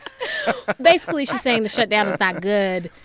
basically, she's saying the shutdown is not good.